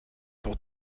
pour